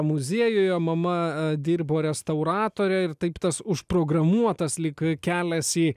muziejuje mama dirbo restauratore ir taip tas užprogramuotas lyg kelias į